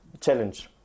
challenge